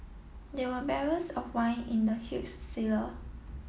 there were barrels of wine in the huge cellar